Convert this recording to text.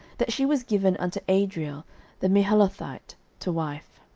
that she was given unto adriel the meholathite to wife.